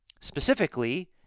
specifically